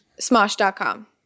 Smosh.com